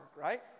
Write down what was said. right